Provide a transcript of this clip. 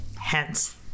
Hence